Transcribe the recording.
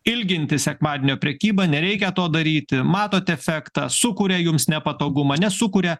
ilginti sekmadienio prekybą nereikia to daryti matot efektą sukuria jums nepatogumą nesukuria